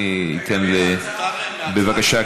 בבקשה,